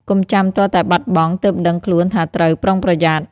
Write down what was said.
កុំចាំទាល់តែបាត់បង់ ទើបដឹងខ្លួនថាត្រូវប្រុងប្រយ័ត្ន។